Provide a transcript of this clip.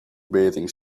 bathing